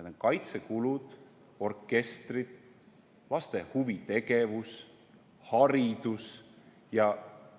On kaitsekulud, orkestrid, laste huvitegevus, haridus. Ja